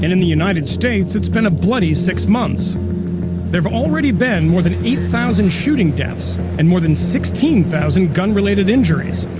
the united states it's been a bloody six months there have already been more than eight thousand shooting deaths, and more than sixteen thousand gun-related injuries,